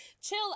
chill